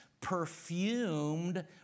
perfumed